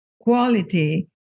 quality